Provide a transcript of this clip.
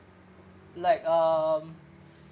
like um